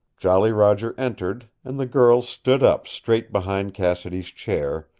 jolly roger entered, and the girl stood up straight behind cassidy's chair,